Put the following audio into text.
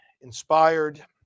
inspired